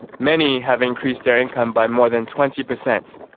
many have increased their income by more than twenty percent,